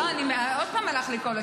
לא, עוד פעם הלך לי כל הזמן.